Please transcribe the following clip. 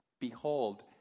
Behold